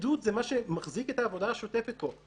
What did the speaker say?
הפקידות זה מה שמחזיק את העבודה השוטפת פה.